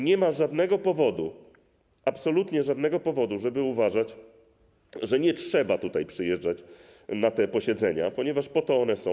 Nie ma żadnego powodu, absolutnie żadnego powodu, żeby uważać, że nie trzeba przyjeżdżać na posiedzenia, ponieważ po to one są.